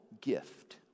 gift